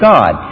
God